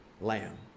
Lamb